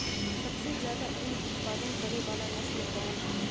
सबसे ज्यादा उन उत्पादन करे वाला नस्ल कवन ह?